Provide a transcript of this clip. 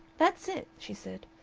that's it, she said.